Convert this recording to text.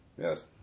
Yes